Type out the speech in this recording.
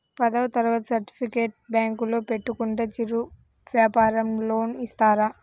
పదవ తరగతి సర్టిఫికేట్ బ్యాంకులో పెట్టుకుంటే చిరు వ్యాపారంకి లోన్ ఇస్తారా?